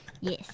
Yes